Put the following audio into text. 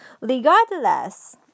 regardless